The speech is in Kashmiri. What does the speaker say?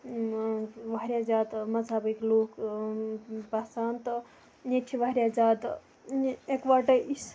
واریاہ زیادٕ مذہَبٕکۍ لُکھ بَسان تہٕ ییٚتہِ چھِ واریاہ زیادٕ اِکوَٹے